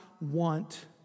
want